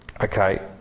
Okay